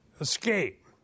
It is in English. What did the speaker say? escape